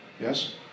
yes